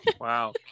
wow